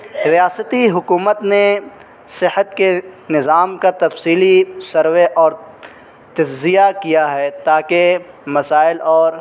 ریاستی حکومت نے صحت کے نظام کا تفصیلی سروے اور تجزیہ کیا ہے تاکہ مسائل اور